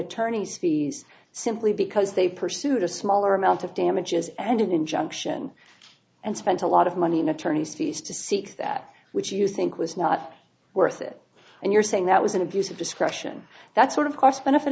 attorney's fees simply because they pursued a smaller amount of damages and an injunction and spent a lot of money in attorneys fees to seek that which you think was not worth it and you're saying that was an abuse of discretion that sort of cost benefit